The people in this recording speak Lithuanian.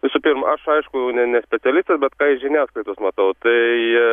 visų pirma aš aišku ne specialistas bet ką iš žiniasklaidos matau tai